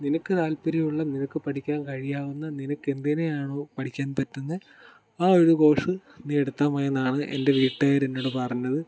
നിനക്ക് താല്പര്യമുള്ള നിനക്ക് പഠിക്കാൻ കഴിയാവുന്ന നിനക്ക് എന്തിനെയാണോ പഠിക്കാൻ പറ്റുന്ന ആ ഒരു കോഴ്സ് നീ എടുത്താൽ മതിയെന്നാണ് എൻ്റെ വീട്ടുകാർ എന്നോട് പറഞ്ഞത്